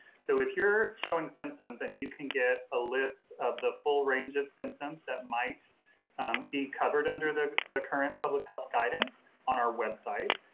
so if you're showing symptoms, and you can get a list of the full range of symptoms that might be covered under the the current public health guidance on our website,